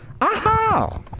Aha